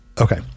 Okay